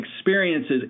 experiences